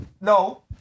No